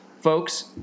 folks